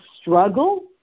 struggle